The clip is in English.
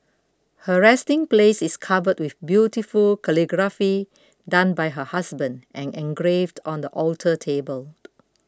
her resting place is covered with beautiful calligraphy done by her husband and engraved on the alter table